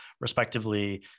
respectively